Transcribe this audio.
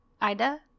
Ida